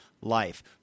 life